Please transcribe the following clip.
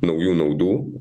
naujų naudų